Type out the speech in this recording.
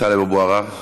טאלב אבו עראר,